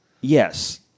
Yes